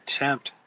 attempt